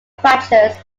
fractures